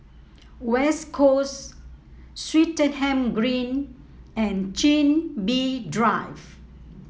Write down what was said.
West Coast Swettenham Green and Chin Bee Drive